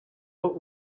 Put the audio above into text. what